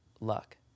luck